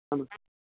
ஆண்ணா